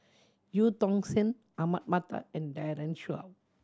Eu Tong Sen Ahmad Mattar and Daren Shiau